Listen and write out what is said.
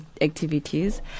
activities